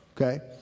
okay